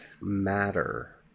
matter